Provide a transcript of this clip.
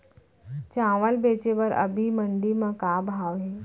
चांवल बेचे बर अभी मंडी म का भाव हे?